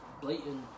blatant